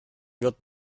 wird